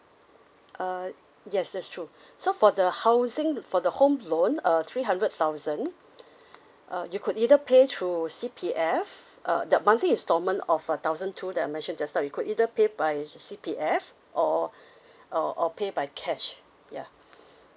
uh yes that's true so for the housing for the home loan uh three hundred thousand uh you could either pay through C_P_F uh the monthly instalment of a thousand two that I mentioned just now you could either pay by C_P_F or or or pay by cash ya